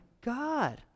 God